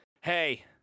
Hey